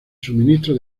suministro